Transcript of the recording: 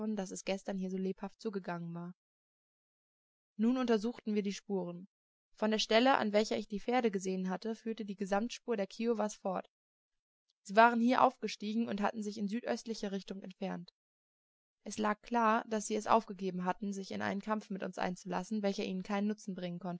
daß es gestern hier so lebhaft zugegangen war nun untersuchten wir die spuren von der stelle an welcher ich die pferde gesehen hatte führte die gesamtspur der kiowas fort sie waren hier aufgestiegen und hatten sich in südöstlicher richtung entfernt es lag klar daß sie es aufgegeben hatten sich in einen kampf mit uns einzulassen welcher ihnen keinen nutzen bringen